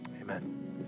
amen